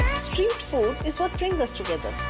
street food is what brings us together.